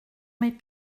mes